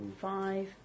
Five